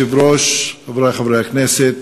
כבוד היושב-ראש, חברי חברי הכנסת,